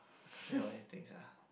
can't think of anything sia